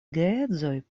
geedzoj